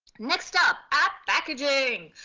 next up, app packaging.